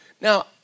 Now